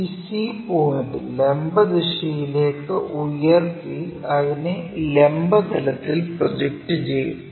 ഈ c point ലംബ ദിശയിലേക്ക് ഉയർത്തി അതിനെ ലംബ തലത്തിൽ പ്രൊജക്റ്റ് ചെയ്യും